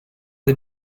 did